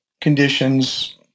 conditions